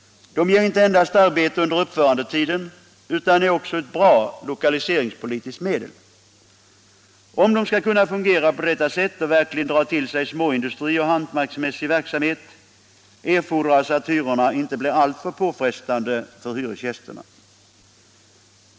De ger inte endast arbete under uppförandetiden utan är också ett bra lokaliseringspolitiskt medel. Om de skall kunna fungera på detta sätt och verkligen dra till sig småindustri och hantverksmässig verksamhet, erfordras att hyrorna inte blir alltför påfrestande för hyresgästerna.